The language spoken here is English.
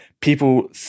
people